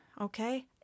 okay